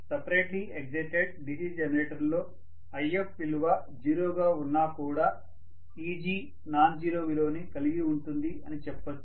separately excited DC generator లో If విలువ zero గా ఉన్నా కూడా Eg నాన్ జీరో విలువని కలిగి ఉంటుంది అని చెప్పొచ్చు